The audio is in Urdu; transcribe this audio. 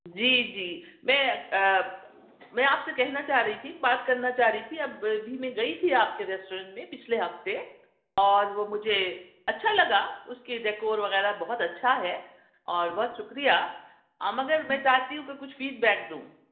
جی جی میں میں آپ سے کہنا چاہ رہی تھی بات کرنا چاہ رہی تھی اب بھی میں گئی تھی آپ کے ریسٹورینٹ میں پچھلے ہفتے اور وہ مجھے اچھا لگا اُس کی ڈیکور وغیرہ بہت اچھا ہے اور بہت شکریہ مگر میں چاہتی ہوں کہ کچھ فیڈ بیک دوں